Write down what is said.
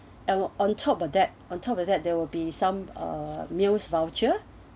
and on top of that on top of that there will be some uh meals voucher